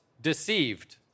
deceived